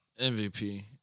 MVP